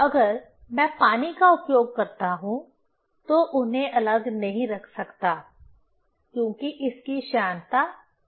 अगर मैं पानी का उपयोग करता हूं तो उन्हें अलग नहीं रख सकता क्योंकि इसकी श्यानता कम है